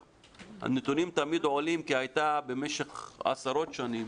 הנתונים תמיד עולים במדינה כי במשך עשרות שנים